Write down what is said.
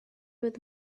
with